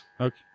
Okay